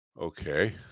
Okay